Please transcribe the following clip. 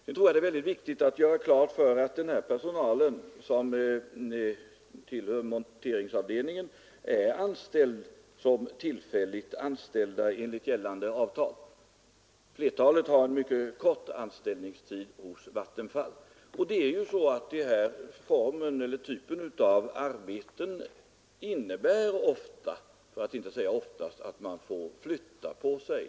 Jag tror att det är väldigt viktigt att göra klart att den här personalen, som tillhör monteringsavdelningen, är tillfälligt anställd. Flertalet har en mycket kort anställningstid hos Vattenfall. Den här typen av arbeten innebär ju ofta — för att inte säga oftast — att man får flytta på sig.